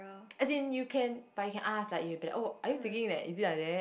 as in you can but you can ask like you be oh are you thinking that is it like that